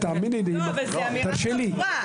לא, אבל זאת אמירה חמורה.